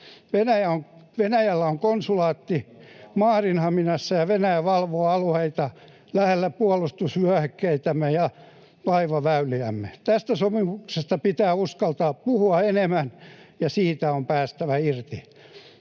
Venäjällä on konsulaatti Maarianhaminassa, ja Venäjä valvoo alueita lähellä puolustusvyöhykkeitämme ja laivaväyliämme. Tästä sopimuksesta pitää uskaltaa puhua enemmän, ja siitä on päästävä irti.